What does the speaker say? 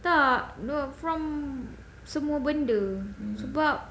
tak dia from semua benda sebab